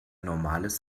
normales